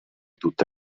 tutte